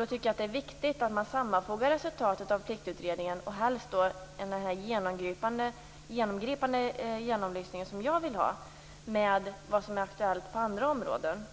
Det är därför viktigt att man sammanfogar resultatet av Pliktutredningen - och då helst den genomgripande genomlysning som jag vill ha - med vad som är aktuellt på andra områden.